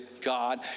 God